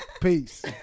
Peace